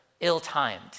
ill-timed